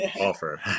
offer